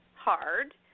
hard